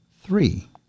three